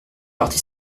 parti